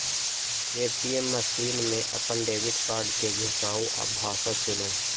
ATM machine मे अपन debit card कें घुसाउ आ भाषा चुनू